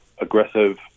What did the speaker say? aggressive